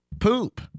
Poop